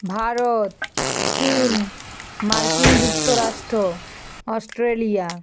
ভারত চীন মার্কিন যুক্তরাষ্ট অস্ট্রেলিয়া